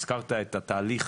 הזכרת את התהליך,